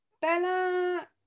Bella